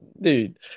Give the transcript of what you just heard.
dude